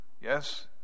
Yes